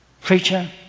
preacher